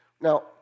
Now